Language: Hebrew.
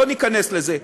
לא ניכנס לזה.